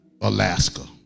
Alaska